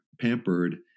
pampered